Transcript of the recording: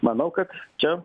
manau kad čia